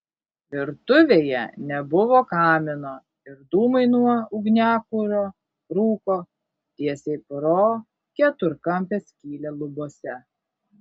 virtuvėje nebuvo kamino ir dūmai nuo ugniakuro rūko tiesiai pro keturkampę skylę lubose